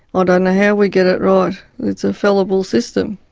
ah don't know how we get it right it's a fallible system.